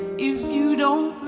if you don't